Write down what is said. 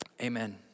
Amen